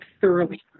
thoroughly